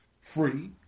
free